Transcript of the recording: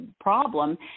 problem